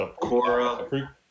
cora